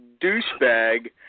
douchebag